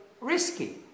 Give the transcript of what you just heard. risky